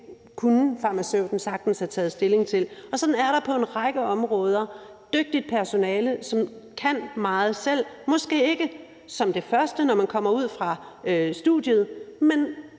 Det kunne farmaceuten sagtens have taget stilling til. Sådan er der på en række områder dygtigt personale, som kan meget selv, måske ikke som det første, når man kommer ud fra studiet, men